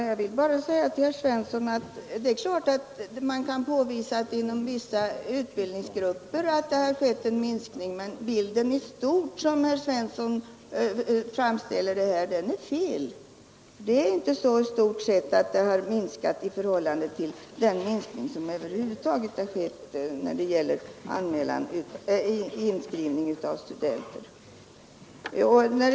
Herr talman! Det är klart, herr Svensson, att man kan påvisa att det inom vissa utbildningsgrupper har skett en minskning, men den bild som herr Svensson tecknar är ändå felaktig. Antalet studerande från socialgrupp 3 har inte minskat trots att inskrivningen av studenter vid universiteten i stort har minskat.